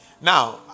now